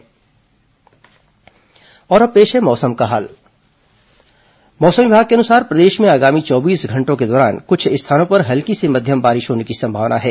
मौसम पेश है मौसम का हाल मौसम विभाग के अनुसार प्रदेश में आगामी चौबीस घंटों के दौरान कुछ स्थानों पर हल्की से मध्यम बारिश होने की संभावना है